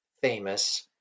famous